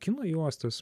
kino juostas